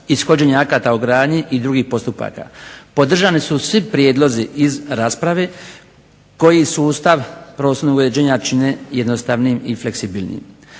ishođenje akata o gradnji i drugih postupaka. Podržani su svi prijedlozi iz rasprave koji sustav prostornog uređenja čine jednostavnijim i fleksibilnijim.